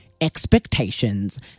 expectations